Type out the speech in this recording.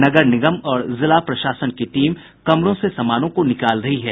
नगर निगम और जिला प्रशासन की टीम कमरों से सामानों को निकाल रही है